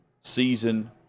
season